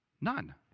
None